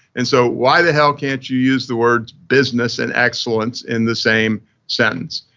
and so why the hell can't you use the words business and excellence in the same sentence.